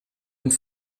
und